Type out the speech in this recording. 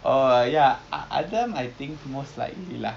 oh ya adam I think most likely ah